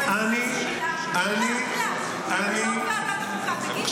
אולי תגיד על זה מילה?